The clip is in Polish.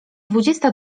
dwudziesta